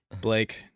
Blake